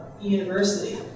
university